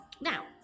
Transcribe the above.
Now